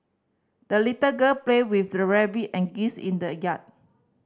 the little girl played with the rabbit and geese in the yard